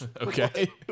Okay